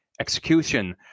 execution